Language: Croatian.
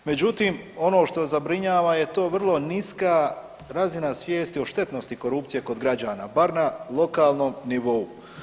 Međutim, ono što zabrinjava je to vrlo niska razina svijesti o štetnosti korupcije kod građana bar na lokalnom nivou.